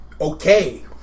Okay